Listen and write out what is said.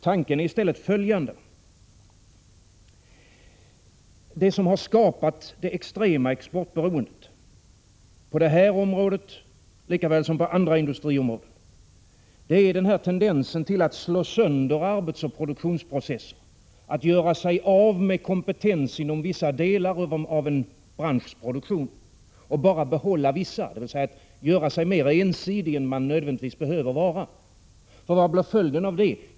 Tanken är istället följande: Det som har skapat det extrema exportberoendet på det här området lika väl som på andra industriområden är tendensen att slå sönder arbetsoch produktionsprocessen, att göra sig av med kompetens inom vissa delar av en branschs produktion, och bara behålla vissa, dvs. göra sig mer ensidig än man nödvändigtvis behöver vara. Och vad blir följden av det?